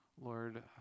Lord